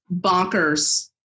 bonkers